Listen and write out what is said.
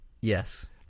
Yes